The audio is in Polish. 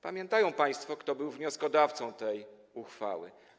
Pamiętają państwo, kto był wnioskodawcą tej uchwały.